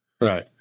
Right